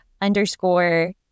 underscore